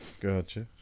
Gotcha